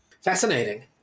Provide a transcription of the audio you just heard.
Fascinating